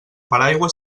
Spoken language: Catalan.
paraigua